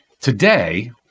Today